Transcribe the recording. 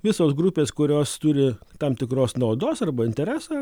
visos grupės kurios turi tam tikros naudos arba interesą